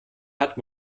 hat